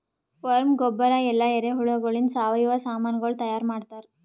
worm ಗೊಬ್ಬರ ಇಲ್ಲಾ ಎರೆಹುಳಗೊಳಿಂದ್ ಸಾವಯವ ಸಾಮನಗೊಳ್ ತೈಯಾರ್ ಮಾಡ್ತಾರ್